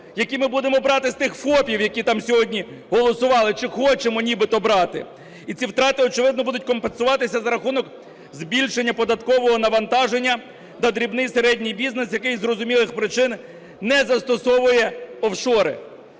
які ми будемо брати з тих ФОПів, які там сьогодні голосували, чи хочемо нібито брати. І ці втрати, очевидно, будуть компенсуватися за рахунок збільшення податкового навантаження на дрібний і середній бізнес, який із зрозумілих причин не застосовує офшори.